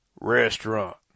restaurant